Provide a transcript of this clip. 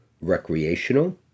recreational